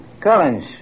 Collins